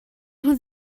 nhw